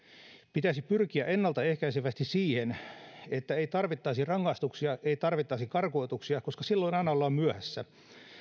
pitäisi pyrkiä ennaltaehkäisevästi siihen että ei tarvittaisi rangaistuksia eikä tarvittaisi karkotuksia koska silloin aina ollaan myöhässä